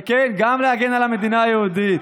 וכן, גם להגן על המדינה היהודית.